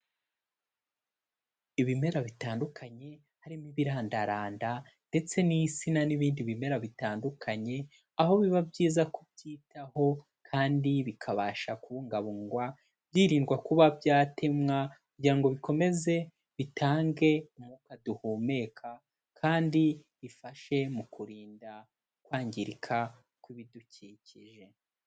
Ibimera bitandukanye, harimo ibirandaranda ndetse n'insina n'ibindi bimera bitandukanye, aho biba byiza kubyitaho kandi bikabasha kubungabungwa hirindwa kuba byatemwa, kugira ngo bikomeze bitange umwuka duhumeka kandi bifashe mu kurinda kwangirika kw'ibidukikije.